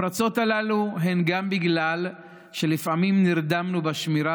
הפרצות הללו הן גם בגלל שלפעמים נרדמנו בשמירה